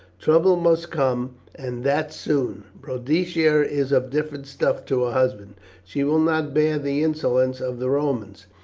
trouble must come, and that soon. boadicea is of different stuff to her husband she will not bear the insolence of the romans.